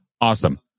Awesome